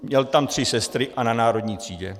Měl tam tři sestry a na Národní třídě.